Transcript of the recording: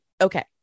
okay